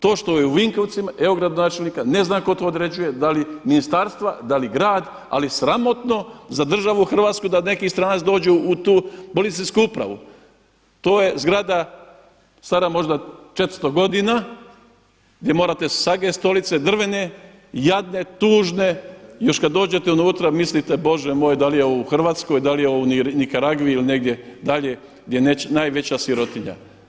To što je u Vinkovcima, evo gradonačelnika, ne znam tko to određuje, da li ministarstva, da li grad, ali sramotno za državu Hrvatsku da neki stranac dođe u tu policijsku upravu to je zgrada stara možda 400 godina gdje morate sageti, stolice drvene, jadne, tužne još kada dođete unutra, mislite Bože moj da li je ovo u Hrvatskoj, da li je ovo u Nikaragvi ili negdje dalje gdje je najveća sirotinja.